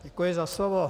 Děkuji za slovo.